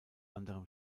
anderen